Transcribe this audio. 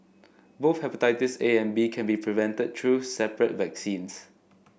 both hepatitis A and B can be prevented through separate vaccines